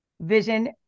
vision